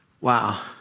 Wow